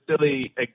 silly